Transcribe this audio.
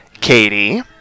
katie